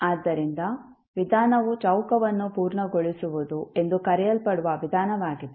ಆದ್ದರಿಂದ ವಿಧಾನವು ಚೌಕವನ್ನು ಪೂರ್ಣಗೊಳಿಸುವುದು ಎಂದು ಕರೆಯಲ್ಪಡುವ ವಿಧಾನವಾಗಿದೆ